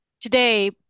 today